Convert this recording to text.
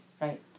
Right